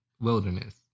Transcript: wilderness